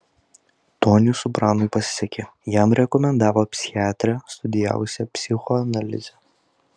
toniui sopranui pasisekė jam rekomendavo psichiatrę studijavusią psichoanalizę